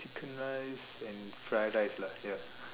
chicken rice and fried rice lah ya